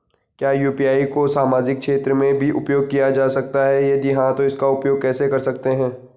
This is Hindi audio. क्या यु.पी.आई को सामाजिक क्षेत्र में भी उपयोग किया जा सकता है यदि हाँ तो इसका उपयोग कैसे कर सकते हैं?